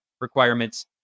requirements